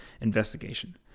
investigation